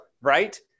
right